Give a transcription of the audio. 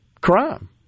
crime